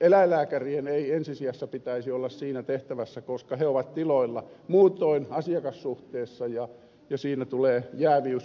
eläinlääkärien ei ensi sijassa pitäisi olla siinä tehtävässä koska he ovat tiloilla muutoin asiakassuhteessa ja siinä tulee jääviysongelmia